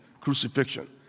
crucifixion